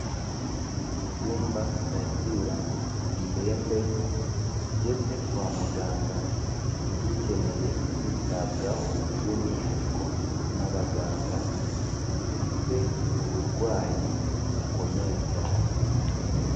Icyumba cyakira indembe zigeze kwa muganga zikeneye kwitabwaho by'umwihariko n'abaganga zifite uburwayi bukomeye cyane.